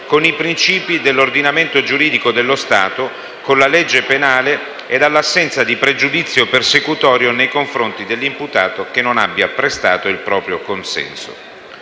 con i principi dell'ordinamento giuridico dello Stato e con la legge penale all'assenza di pregiudizi persecutori nei confronti dell'imputato che non abbia prestato il proprio consenso.